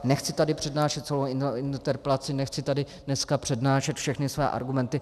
Nechci tady přednášet celou interpelaci, nechci tady dneska přednášet všechny svoje argumenty.